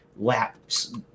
Laps